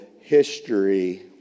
history